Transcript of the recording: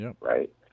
right